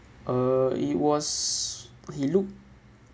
uh it was he look